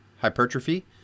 hypertrophy